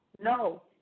No